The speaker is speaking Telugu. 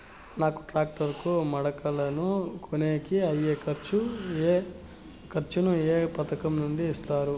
నాకు టాక్టర్ కు మడకలను కొనేకి అయ్యే ఖర్చు ను ఏ పథకం నుండి ఇస్తారు?